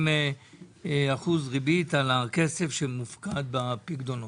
אחוז ריבית על הכסף שמופקד בפיקדונות.